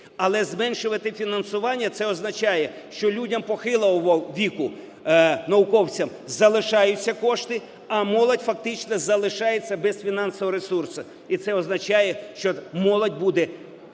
Але зменшувати фінансування – це означає, що людям похилого віку, науковцям залишаються кошти, а молодь фактично залишається без фінансового ресурсу, і це означає, що молодь буде,